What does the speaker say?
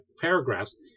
paragraphs